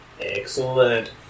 Excellent